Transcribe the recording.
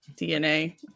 DNA